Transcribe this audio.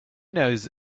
knows